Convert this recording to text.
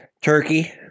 turkey